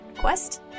quest